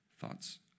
thoughts